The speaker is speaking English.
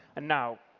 and now,